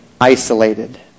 isolated